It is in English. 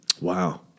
Wow